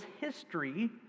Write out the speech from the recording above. history